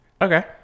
okay